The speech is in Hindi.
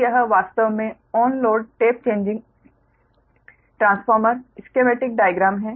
तो यह वास्तव में on load tap changing transformer schematic diagram है